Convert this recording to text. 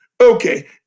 Okay